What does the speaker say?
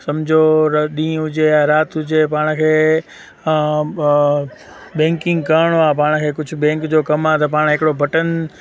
समुझो र ॾींहुं हुजे या राति हुजे पाण खे ॿैंकिंग करण पाण खे कुझु ॿैंक जो कमु आहे त पाण हिकिड़ो बटण